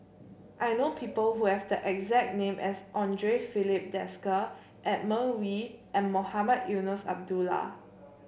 I know people who have the exact name as Andre Filipe Desker Edmund Wee and Mohamed Eunos Abdullah